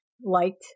liked